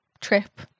trip